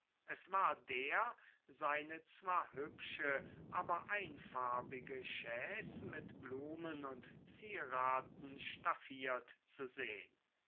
es war der seine zwar hübsche aber einfarbige chaise mit blumen und zieraten staffiert zu sehn